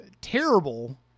terrible